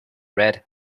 red